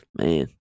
Man